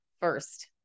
first